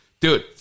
Dude